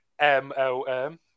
MLM